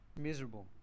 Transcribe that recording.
miserable